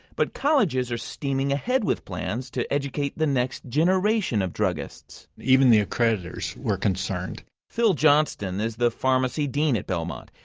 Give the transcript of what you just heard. but colleges are steaming ahead with plans to educate the next generation of druggists even the accreditors were concerned phil johnston is the pharmacy dean at belmont.